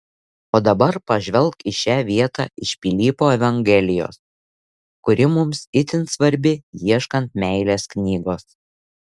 o dabar pažvelk į šią vietą iš pilypo evangelijos kuri mums itin svarbi ieškant meilės knygos